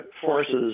forces